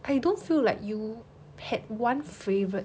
I don't feel like you had one favourite